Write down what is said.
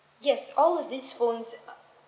yes all of these phones uh